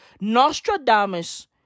Nostradamus